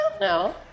No